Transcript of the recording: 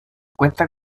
cuenta